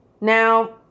Now